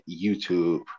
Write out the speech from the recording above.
YouTube